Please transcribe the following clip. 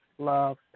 love